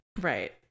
Right